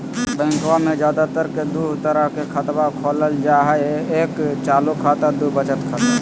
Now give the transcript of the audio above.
बैंकवा मे ज्यादा तर के दूध तरह के खातवा खोलल जाय हई एक चालू खाता दू वचत खाता